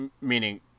Meaning